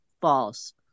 false